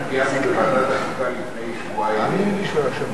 קיימנו בוועדת החוקה לפני שבועיים בערך,